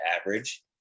average